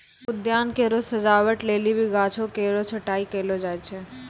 उद्यान केरो सजावट लेलि भी गाछो केरो छटाई कयलो जाय छै